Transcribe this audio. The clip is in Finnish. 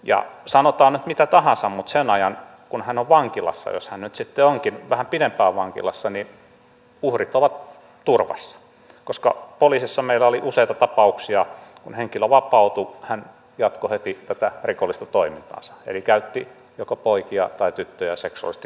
ja sanotaan nyt mitä tahansa niin sen ajan kun hän on vankilassa jos hän nyt sitten onkin vähän pidempään vankilassa uhrit ovat turvassa koska poliisissa meillä oli useita tapauksia joissa kun henkilö vapautui hän jatkoi heti tätä rikollista toimintaansa eli käytti joko poikia tai tyttöjä seksuaalisesti hyväkseen